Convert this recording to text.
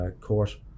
court